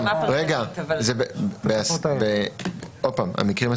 לגבי רמת המהימנות והבטיחות של התהליכים הטכנולוגיים.